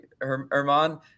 Herman